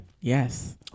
Yes